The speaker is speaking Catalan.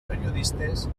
periodistes